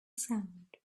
sound